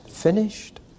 finished